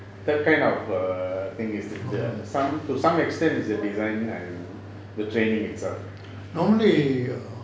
that kind of err thing is some to some extent is the design the training itself